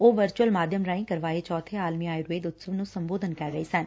ਉਹ ਵਰਚੂਅਲ ਮਾਧਿਅਮ ਰਾਹੀਂ ਕਰਵਾਏ ਚੌਬੇ ਆਲਮੀ ਆਯੂਰਵੇਦ ਉਤਸਵ ਨੂੰ ਸੰਬੋਧਨ ਕਰ ਰਹੇ ਸਨ